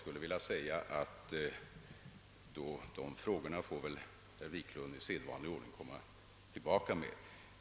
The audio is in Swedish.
De frågorna får herr Wiklund nog återkomma med i vanlig ordning.